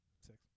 Six